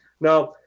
Now